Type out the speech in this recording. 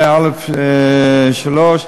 117(א)(3)